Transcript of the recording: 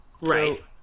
Right